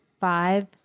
Five